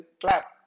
clap